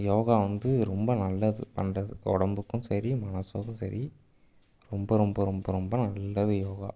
யோகா வந்து ரொம்ப நல்லது பண்ணுறது உடம்புக்கும் சரி மனசதுக்கும் சரி ரொம்ப ரொம்ப ரொம்ப ரொம்ப நல்லது யோகா